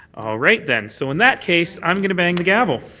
all right then. so in that case, i'm gonna bang the gavel,